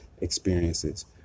experiences